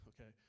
okay